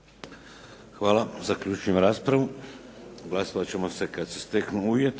Hvala. Zaključujem raspravu. Glasovat ćemo kad se steknu uvjeti.